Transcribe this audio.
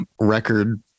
record